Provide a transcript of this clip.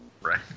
right